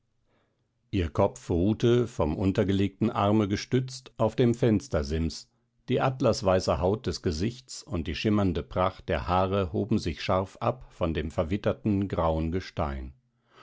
ihr kopf ruhte vom untergelegten arme gestützt auf dem fenstersims die atlasweiße haut des gesichts und die schimmernde pracht der haare hoben sich scharf ab von dem verwitterten grauen gestein